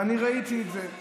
ואני ראיתי את זה.